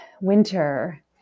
winter